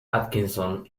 atkinson